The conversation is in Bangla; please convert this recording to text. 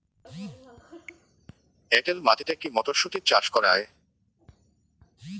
এটেল মাটিতে কী মটরশুটি চাষ করা য়ায়?